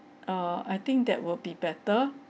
err I think that will be better